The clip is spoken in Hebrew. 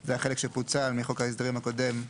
זה החלק שפוצל מחוק ההסדרים הקודמים,